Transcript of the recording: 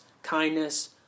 Kindness